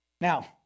Now